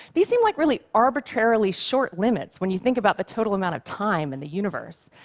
these seem like really arbitrarily short limits when you think about the total amount of time in the universe.